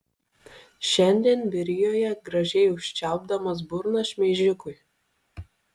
šiandien vyrijoje gražiai užčiaupdamas burną šmeižikui